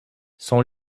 son